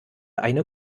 eine